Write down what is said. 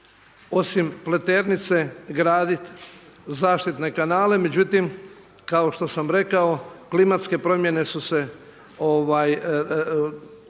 osim Pleternice graditi zaštitne kanale međutim kao što sam rekao klimatske promjene su se dogodile